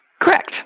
Correct